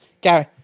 Gary